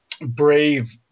brave